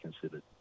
considered